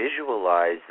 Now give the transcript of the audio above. visualize